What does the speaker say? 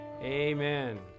amen